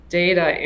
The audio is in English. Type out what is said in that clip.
data